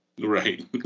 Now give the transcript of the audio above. Right